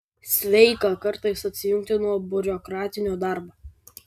sveika kartais atsijungti nuo biurokratinio darbo